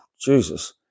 Jesus